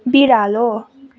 बिरालो